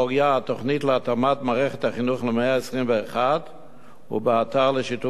התוכנית להתאמת מערכת החינוך למאה ה-21 ובאתר לשיתוף הציבור.